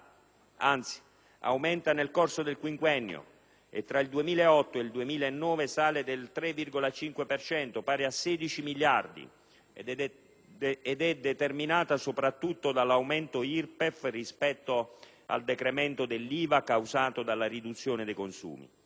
anzi, aumenta nel corso del quinquiennio e, tra il 2008 ed il 2009, sale del 3,5 per cento (pari a 16 miliardi di euro) ed è determinata soprattutto dall'aumento dell'IRPEF rispetto al decremento dell'IVA causato dalla riduzione dei consumi.